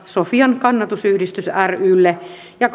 sofian kannatusyhdistys rylle ja